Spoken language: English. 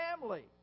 family